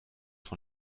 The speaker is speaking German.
von